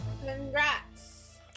Congrats